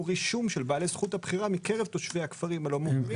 רישום של בעלי זכות הבחירה מקרב תושבי הכפרים הלא מוכרים.